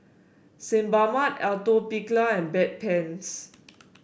Sebamed Atopiclair and Bedpans